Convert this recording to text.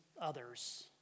others